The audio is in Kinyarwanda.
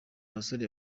abasore